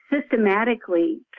systematically